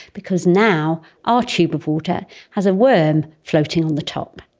because now our tube of water has a worm floating on the top.